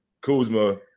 Kuzma